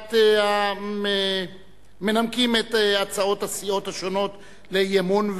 ראשונת המנמקים את הצעות הסיעות השונות לאי-אמון,